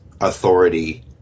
authority